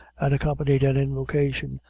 and accompanied an invocation,